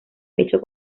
pecho